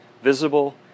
visible